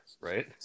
Right